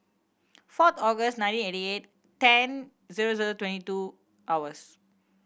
four August nineteen eighty eight ten zero zero twenty two hours